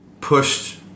pushed